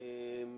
ראשית,